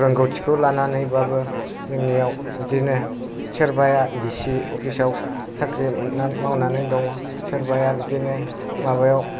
रोंगौथिखौ लानानै बाबो जोंनियाव बिदिनो सोरबाया डि सि अफिसाव साख्रि मोननानै मावनानै दङ सोरबाया बिदिनो